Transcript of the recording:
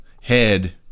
head